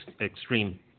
Extreme